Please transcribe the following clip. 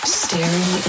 staring